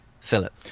Philip